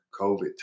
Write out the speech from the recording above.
COVID